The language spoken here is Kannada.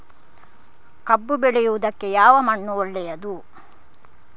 ಕಬ್ಬು ಬೆಳೆಯುವುದಕ್ಕೆ ಯಾವ ಮಣ್ಣು ಒಳ್ಳೆಯದು?